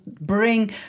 bring